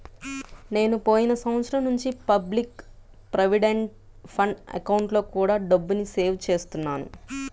నేను పోయిన సంవత్సరం నుంచి పబ్లిక్ ప్రావిడెంట్ ఫండ్ అకౌంట్లో కూడా డబ్బుని సేవ్ చేస్తున్నాను